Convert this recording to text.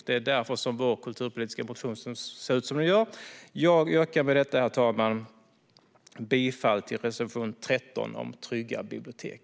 Det är därför vår kulturpolitiska motion ser ut som den gör. Jag yrkar med detta, herr talman, bifall till reservation 13 om trygga bibliotek.